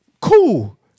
Cool